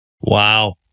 wow